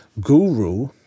guru